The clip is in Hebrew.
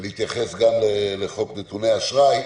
ולהתייחס גם לחוק נתוני האשראי,